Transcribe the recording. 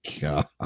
God